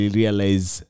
realize